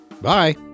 Bye